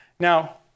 Now